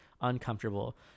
uncomfortable